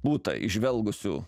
būta įžvelgusių